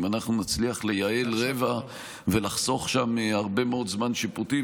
אם אנחנו נצליח לייעל רבע ולחסוך שם הרבה מאוד זמן שיפוטי,